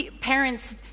parents